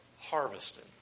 harvested